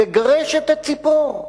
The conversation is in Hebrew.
לגרש את הציפור.